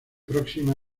próxima